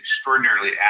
extraordinarily